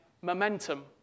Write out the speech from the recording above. momentum